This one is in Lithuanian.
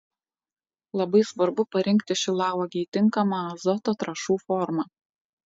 labai svarbu parinkti šilauogei tinkamą azoto trąšų formą